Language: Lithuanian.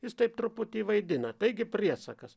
jis taip truputį vaidina taigi priesakas